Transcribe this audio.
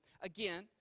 Again